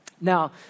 Now